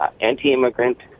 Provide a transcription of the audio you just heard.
anti-immigrant